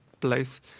place